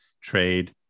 trade